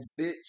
bitch